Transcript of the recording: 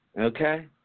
okay